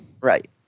Right